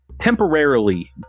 temporarily